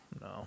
no